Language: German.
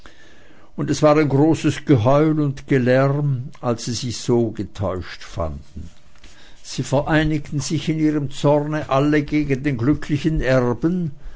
und es war ein großes geheul und gelärm als sie sich also getäuscht fanden sie vereinigten sich in ihrem zorne alle gegen den glücklichen erben